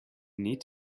need